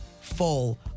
full